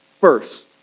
first